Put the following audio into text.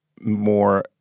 More